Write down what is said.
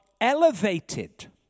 elevated